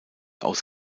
aus